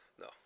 no